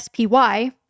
SPY